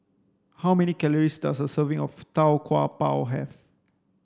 how many calories does a serving of tau kwa pau have